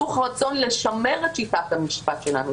תוך רצון לשמר את שיטת המשפט שלנו,